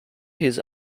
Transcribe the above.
his